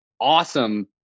awesome